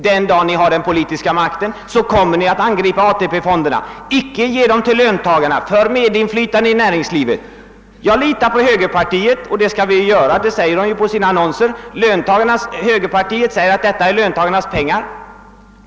Den dag ni har den politiska makten kommer ni att angripa ATP-fonderna. Ni kommer inte att genom dem ge löntagarna medinflytande i näringslivet. Jag litar på högerpartiet — det skall vi ju göra säger partiet i sina annonser. Högerpartiet säger att det är löntagarnas pengar.